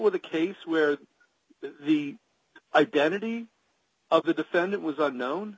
with a case where the identity of the defendant was unknown